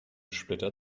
splitter